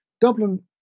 Dublin